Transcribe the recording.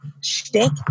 shtick